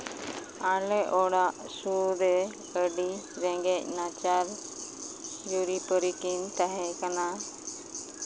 ᱟᱞᱮ ᱚᱲᱟᱜ ᱥᱩᱨ ᱨᱮ ᱟᱹᱰᱤ ᱨᱮᱸᱜᱮᱡ ᱱᱟᱪᱟᱨ ᱡᱩᱨᱤᱼᱯᱟᱹᱨᱤ ᱠᱤᱱ ᱛᱟᱦᱮᱸ ᱠᱟᱱᱟ